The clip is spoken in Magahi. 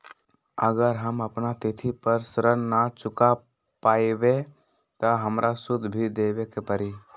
अगर हम अपना तिथि पर ऋण न चुका पायेबे त हमरा सूद भी देबे के परि?